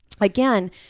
again